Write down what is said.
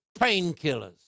painkillers